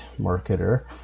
marketer